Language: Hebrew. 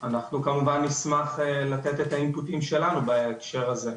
אנחנו כמובן נשמח לתת את האינפוטים שלנו בהקשר הזה.